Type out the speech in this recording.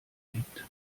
gibt